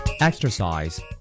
Exercise